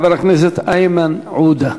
חבר הכנסת איימן עודה.